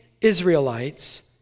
Israelites